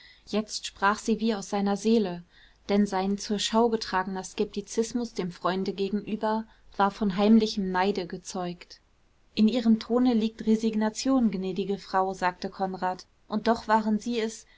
jetzt sprach sie wie aus seiner seele denn sein zur schau getragener skeptizismus dem freunde gegenüber war von heimlichem neide gezeugt in ihrem tone liegt resignation gnädige frau sagte konrad und doch waren sie es